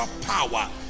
power